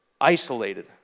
isolated